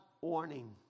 warning